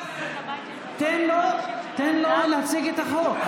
תן לו להציג את החוק.